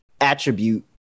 Attribute